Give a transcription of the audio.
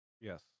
Yes